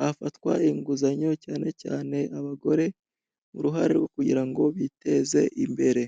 hafatwa inguzanyo cyane cyane abagore, uruhare rwo kugira ngo biteze imbere.